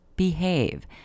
behave